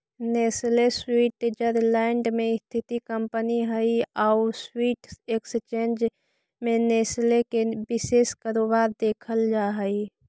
Nestle Switzerland में स्थित company हइ आउ स्विस एक्सचेंज में नेस्ले के विशेष कारोबार देखल जा हइ